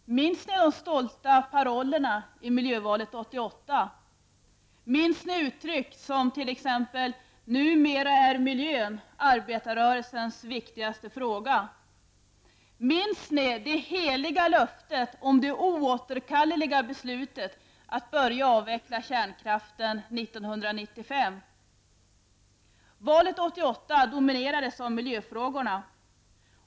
Herr talman! Minns ni de stolta parollerna i miljövalet 1988? Minns ni uttryck som t.ex.: Numera är miljön arbetarrörelsens viktigaste fråga? Minns ni det heliga löftet om det oåterkalleliga beslutet att börja avveckla kärnkraften 1995? Valet 1988 dominerades av miljöfrågorna.